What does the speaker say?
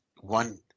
one